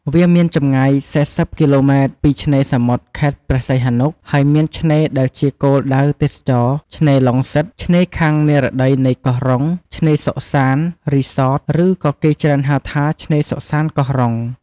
វាមានចំងាយ ៤០គីឡូម៉ែតពីឆ្នេរសមុទ្រខេត្តព្រះសីហនុ ហើយមានឆ្នេរដែលជាគោលដៅទេសចរណ៍ ឆ្នេរឡុងសិត ឆ្នេរខាងនិរតីនៃកោះរ៉ុង ឆ្នេរសុខសាន្ត រីសត ឬក៏គេច្រើនហៅថា ឆ្នេរសុខសាន្ត កោះរ៉ុង។